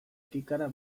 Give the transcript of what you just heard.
kikara